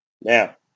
Now